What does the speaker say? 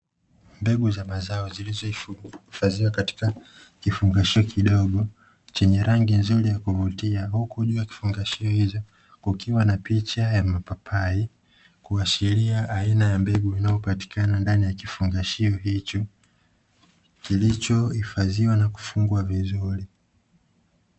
Mbegu za mazao zilizohifadhiwa katika kifungashio kidogo chenye rangi nzuri ya kuvutia, huku juu ya kifungashio hicho kukiwa na picha ya mapapai kuashiria aina ya mbegu inayopatikana ndani ya kifungashio hicho kilichohifadhiwa na kufungwa vizuri.